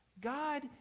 God